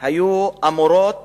היו אמורות